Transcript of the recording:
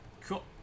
Cool